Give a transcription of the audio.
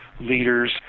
leaders